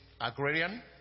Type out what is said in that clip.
agrarian